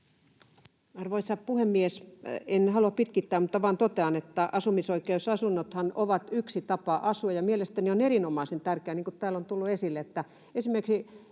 Arvoisa puhemies! En halua pitkittää, mutta vain totean, että asumisoikeusasunnothan ovat yksi tapa asua, ja mielestäni on erinomaisen tärkeää, niin kuin täällä on tullut esille,